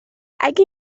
اگه